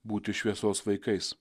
būti šviesos vaikais